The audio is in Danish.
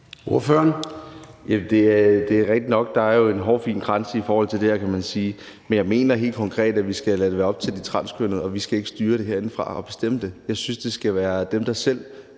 (M): Det er rigtigt nok, at der jo er en hårfin grænse i forhold til det her, kan man sige. Men jeg mener helt konkret, at vi skal lade det være op til de transkønnede og vi ikke skal styre det og bestemme det herindefra. Jeg synes, at det skal være dem selv,